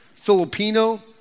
Filipino